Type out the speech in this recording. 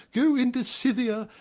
go into scythia,